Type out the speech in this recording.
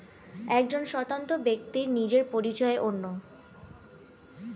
একজন স্বতন্ত্র ব্যক্তির নিজের পরিচয় অনন্য